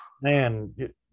Man